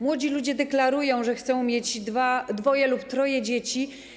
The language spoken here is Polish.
Młodzi ludzie deklarują, że chcą mieć dwoje lub troje dzieci.